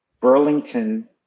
Burlington